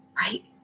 right